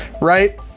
Right